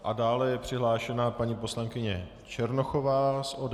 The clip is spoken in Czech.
A dále je přihlášena paní poslankyně Černochová z ODS.